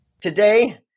Today